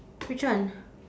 which one